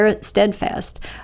steadfast